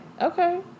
Okay